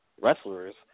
wrestlers